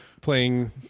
playing